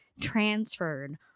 transferred